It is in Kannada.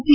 ಟಿ